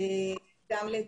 גם לתקצוב.